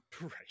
right